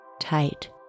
Tight